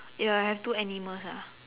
if I have two animals ah